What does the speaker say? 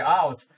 out